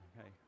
Okay